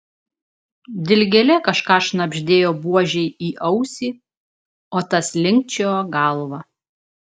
dilgėlė kažką šnabždėjo buožei į ausį o tas linkčiojo galva